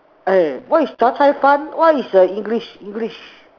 eh what is zha-cai-fan what is a English English